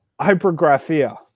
hypergraphia